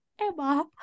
Emma